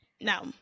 No